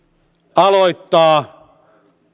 aloittaa